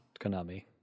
Konami